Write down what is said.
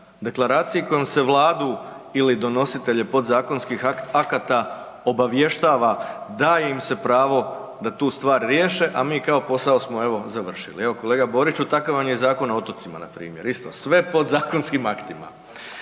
Deklaraciji kojom se Vladu ili donositelje podzakonskih akata obavještava da im se pravo da tu stvar riješe, a mi kao posao smo evo završili. Evo kolega Boriću, takav vam je Zakon o otocima, npr., isto, sve podzakonskim aktima.